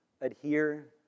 adhere